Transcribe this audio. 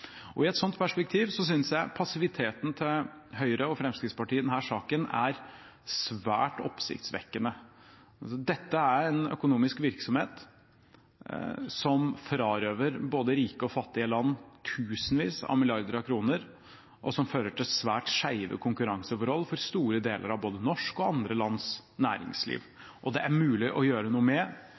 I et sånt perspektiv synes jeg passiviteten til Høyre og Fremskrittspartiet i denne saken er svært oppsiktsvekkende. Dette er en økonomisk virksomhet som frarøver både rike og fattige land tusenvis av milliarder av kroner, og som fører til svært skjeve konkurranseforhold for store deler av både norsk og andre lands næringsliv. Det er mulig å gjøre noe med